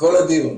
כל הדיון.